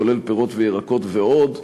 כולל פירות וירקות ועוד,